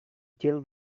tell